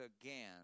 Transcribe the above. again